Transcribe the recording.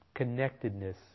Connectedness